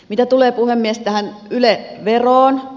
mitä tulee puhemies tähän yle veroon